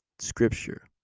scripture